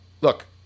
look